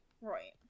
Right